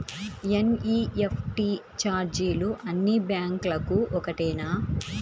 NEFT ఛార్జీలు అన్నీ బ్యాంక్లకూ ఒకటేనా?